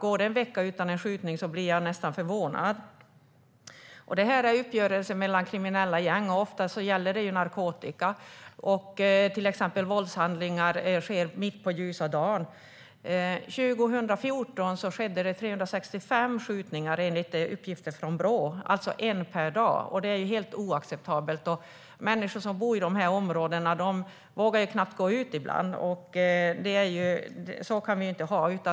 Går det en vecka utan en skjutning blir jag nästan förvånad. Det rör sig om uppgörelser mellan kriminella gäng. Oftast gäller det narkotika, och våldshandlingar sker mitt på ljusa dagen. År 2014 skedde det 365 skjutningar enligt uppgifter från Brå, alltså en skjutning per dag. Det är helt oacceptabelt. Människor som bor i dessa områden vågar knappt gå ut. Så kan vi inte ha det.